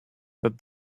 that